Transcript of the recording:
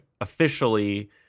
officially